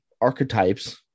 archetypes